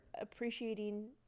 appreciating